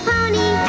Pony